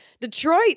Detroit